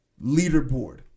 leaderboard